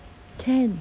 can